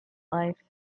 life